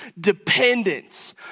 dependence